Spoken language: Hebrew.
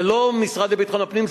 זה לא המשרד לביטחון הפנים,